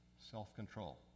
self-control